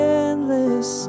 endless